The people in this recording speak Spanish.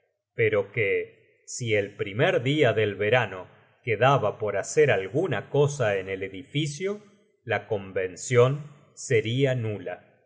pero que si el primer dia del verano quedaba por hacer alguna cosa en el edificio la convencion seria nula